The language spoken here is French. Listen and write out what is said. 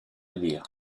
élire